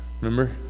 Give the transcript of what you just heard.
Remember